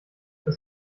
was